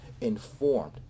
informed